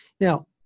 Now